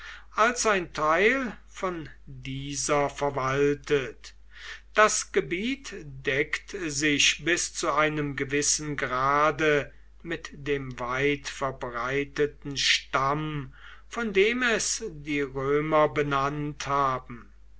als ein teil von dieser verwaltet das gebiet deckt sich bis zu einem gewissen grade mit dem weitverbreiteten stamm von dem es die römer benannt haben